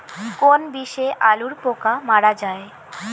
কোন বিষে আলুর পোকা মারা যায়?